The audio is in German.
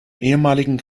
ehemaligen